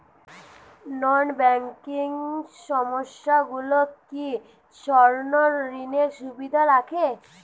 নন banking সংস্থাগুলো কি স্বর্ণঋণের সুবিধা রাখে?